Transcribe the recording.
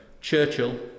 Churchill